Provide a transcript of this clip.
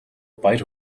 баяр